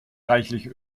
reichlich